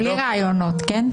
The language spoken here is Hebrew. רעיונות, כן?